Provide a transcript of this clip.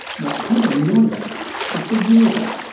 what did annoy her was the wording!